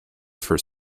for